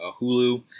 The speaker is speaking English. hulu